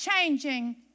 changing